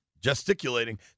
gesticulating